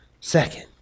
second